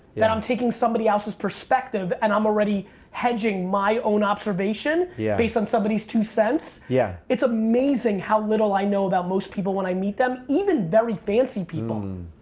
that i'm taking somebody else's perspective and i'm already hedging my own observation yeah based on somebody's two cents. yeah it's amazing how little i know about most people when i meet them, even very fancy people.